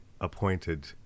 appointed